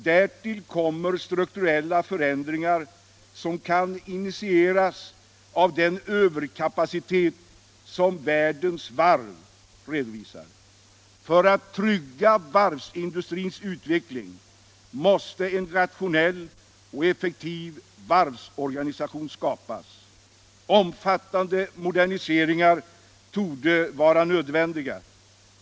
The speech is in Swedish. Därtill kommer strukturella förändringar som kan initieras av den överkapacitet som världens varv redovisar. För att trygga varvsindustrins utveckling måste en rationell och effektiv varvsorganisation skapas. Omfattande moderniseringar torde vara nödvändiga.